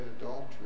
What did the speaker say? adultery